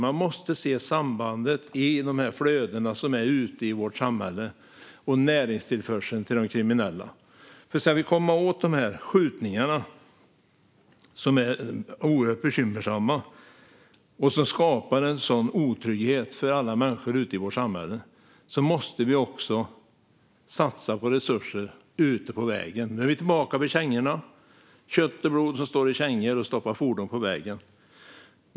Man måste se sambandet mellan dessa flöden som är ute i vårt samhälle och näringstillförseln till de kriminella. Ska vi komma åt dessa skjutningar som är oerhört bekymmersamma och som skapar en sådan otrygghet för alla människor ute i vårt samhälle måste vi också satsa på resurser ute på vägen. Nu är vi tillbaka vid kängorna - kött och blod som står i kängor och stoppar fordon på vägen.